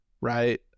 right